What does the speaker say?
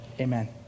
amen